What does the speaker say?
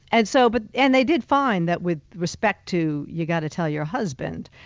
and so but and they did find that with respect to you've got to tell your husband,